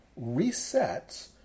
resets